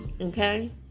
okay